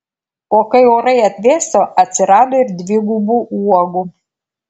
o kai orai atvėso atsirado ir dvigubų uogų